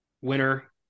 winner